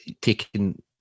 taking